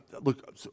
look